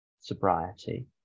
sobriety